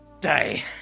Day